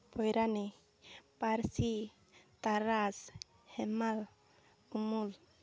ᱯᱚᱭᱨᱟᱱᱤ ᱯᱟᱹᱨᱥᱤ ᱛᱟᱨᱟᱥ ᱦᱮᱢᱟᱞ ᱩᱢᱩᱞ